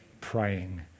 praying